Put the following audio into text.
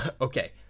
Okay